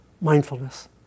mindfulness